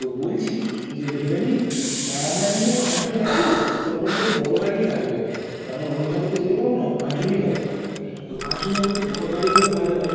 তো বলছি যে ভেবে নিন আমরা এখান থেকে পাঁচজন যাচ্ছি তো তো মোটামুটি একটু বড় গাড়িই লাগবে কারণ ওরমভাবে তো যেতে পারব না পাঁচ জনই যাব তো পাঁচ জন যাব একটু বড় গাড়ি হলে ভালো হয়